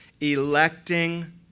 electing